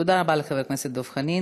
תודה רבה לחבר הכנסת דב חנין.